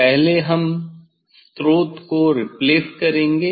पहले हम स्रोत को रेप्लस करेंगे